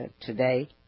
today